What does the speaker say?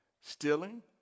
Stealing